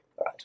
Right